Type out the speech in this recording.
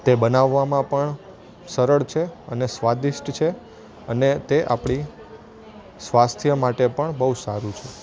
તે બનાવામાં પણ સરળ છે અને સ્વાદિષ્ટ છે અને તે આપણી સ્વાસ્થ્ય માટે પણ બહુ સારું છે